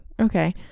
Okay